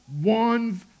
one's